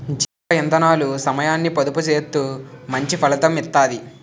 జీవ ఇందనాలు సమయాన్ని పొదుపు సేత్తూ మంచి ఫలితం ఇత్తది